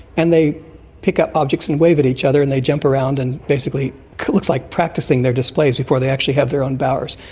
and they pick up objects and wave at each other and they jump around and basically. it looks like practising their displays before they actually have their own bowers.